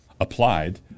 applied